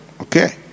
Okay